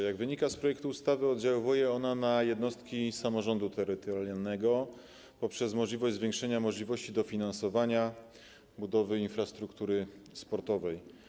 Jak wynika z projektu ustawy, oddziałuje ona na jednostki samorządu terytorialnego poprzez zwiększenie możliwości dofinansowania budowy infrastruktury sportowej.